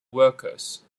workers